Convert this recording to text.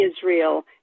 Israel